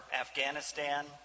Afghanistan